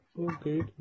Okay